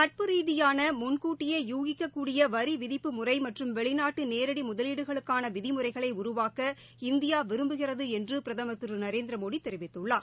நட்பு ரீதியான முன்கூட்டியே யூகிக்கக்கூடிய வரி விதிப்பு முறை மற்றும் வெளிநாட்டு நேரடி முதலீடுகளுக்கான விதிமுறைகளை உருவாக்க இந்தியா விரும்புகிறது என்று பிரதமா் திரு நரேந்திரமோடி தெரிவித்துள்ளார்